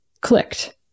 clicked